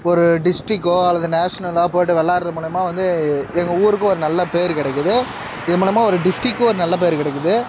ஒரு டிஸ்ட்ரிக்கோ அல்லது நேஷ்னலோ போயிட்டு விளாடுற மூலிமா வந்து எங்கள் ஊருக்கும் ஒரு நல்ல பேர் கிடைக்கிது இது மூலமாக ஒரு டிஸ்ட்டிக்கு ஒரு நல்ல பேரு கிடைக்கிது